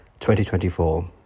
2024